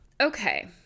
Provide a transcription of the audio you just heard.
Okay